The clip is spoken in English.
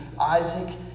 Isaac